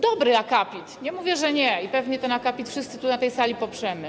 Dobry akapit, nie mówię, że nie, i pewnie ten akapit wszyscy tu na tej sali poprzemy.